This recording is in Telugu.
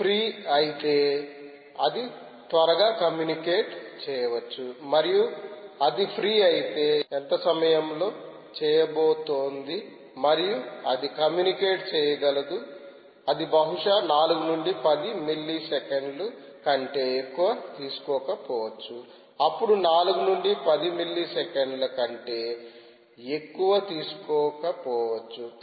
ఇది ఫ్రీఅయితే అది త్వరగా కమ్యూనికేషన్ చేయవచ్చు మరియు అది ఫ్రీఅయితే ఎంత సమయంలో చేయబోతోంది మరియు అది కమ్యూనికేట్ చేయగలదు అది బహుశా 4 నుండి 10 మిల్లీ సెకన్ల కంటే ఎక్కువ తీసుకోకపోవచ్చు అప్పుడు 4 నుండి 10 మిల్లీ సెకన్ల కంటే ఎక్కువ తీసుకోకపోవచ్చు